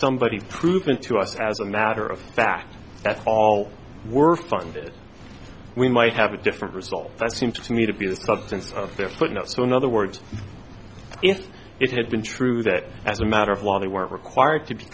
somebody proven to us as a matter of fact that all were funded we might have a different result that seemed to me to be the substance of their footnote so in other words if it had been true that as a matter of law they weren't required to be